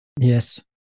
Yes